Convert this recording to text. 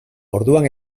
orduan